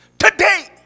Today